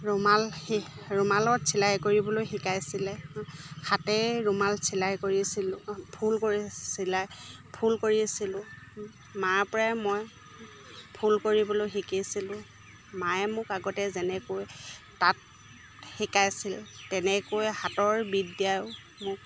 ৰুমাল ৰুমালত চিলাই কৰিবলৈ শিকাইছিলে হাতে ৰুমাল চিলাই কৰিছিলোঁ ফুল কৰি চিলাই ফুল কৰিছিলোঁ মাৰপৰাই মই ফুল কৰিবলৈ শিকিছিলোঁ মায়ে মোক আগতে যেনেকৈ তাঁত শিকাইছিল তেনেকৈ হাতৰ বিদ্যাও মোক